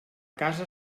casa